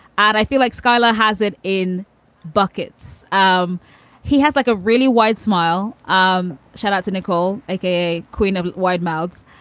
and i feel like skyler has it in buckets. um he has like a really wide smile um shout out to nicole like a queen of wide mouths.